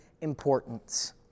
importance